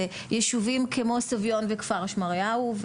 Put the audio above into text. זה יישובים כמו סביון וכפר שמריהו,